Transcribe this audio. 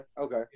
okay